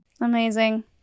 Amazing